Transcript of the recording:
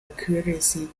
accuracy